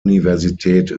universität